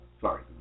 Sorry